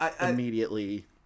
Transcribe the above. immediately